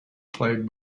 played